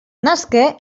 nasqué